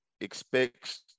expects